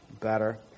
better